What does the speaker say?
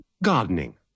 Gardening